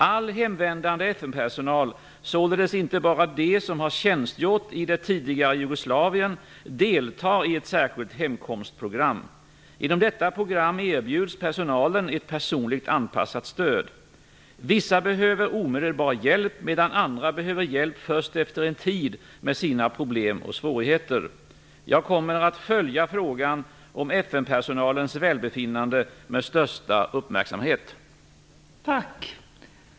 All hemvändande FN-personal, således inte bara de som har tjänstgjort i det tidigare Jugoslavien, deltar i ett särskilt hemkomstprogram. Genom detta program erbjuds personalen ett personligt anpassat stöd. Vissa behöver omedelbar hjälp, medan andra behöver hjälp först efter en tid med sina problem och svårigheter. Jag kommer att följa frågan om FN-personalens välbefinnande med största uppmärksamhet.